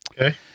Okay